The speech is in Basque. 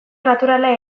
naturala